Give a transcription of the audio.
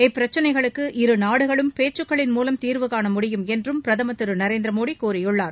இப்பிரக்சினைகளுக்கு இருநாடுகளும் பேச்சுக்களின் மூலம் தீர்வு காணமுடியும் என்று பிரதமர் திரு நரேந்திர மோடி கூறியுள்ளார்